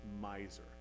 miser